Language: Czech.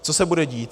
Co se bude dít?